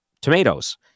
tomatoes